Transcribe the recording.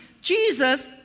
Jesus